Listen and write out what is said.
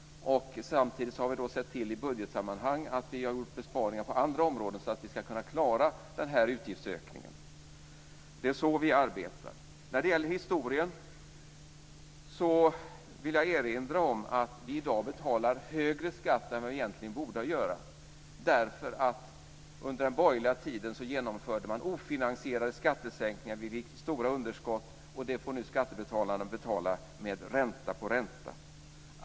Samtidigt har vi i budgetsammanhang sett till att göra besparingar på andra områden så att vi ska kunna klara den här utgiftsökningen. Det är så vi arbetar. När det gäller historien vill jag erinra om att vi i dag betalar högre skatt än vad vi egentligen borde göra. Under den borgerliga tiden genomfördes ofinansierade skattesänkningar. Det blev stora underskott, och nu får skattebetalarna betala med ränta på ränta.